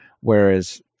whereas